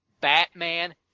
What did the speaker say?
Batman